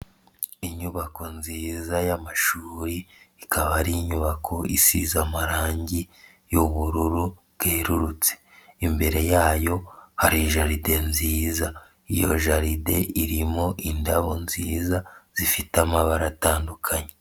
Inyubako nziza y'amashuri, ikaba ari inyubako isize amarangi y'ubururu bwerurutse, imbere yayo hari jaride nziza, iyo jaride irimo indabo nziza zifite amabara atandukanye.